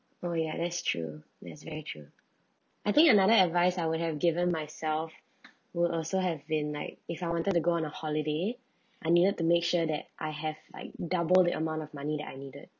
oh ya that's true that's very true I think another advice I would have given myself will also have been like if I wanted to go on a holiday I needed to make sure that I have like double the amount of money that I needed